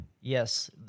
yes